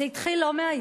זה לא התחיל היום,